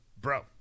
bro